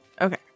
Okay